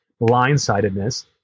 blindsidedness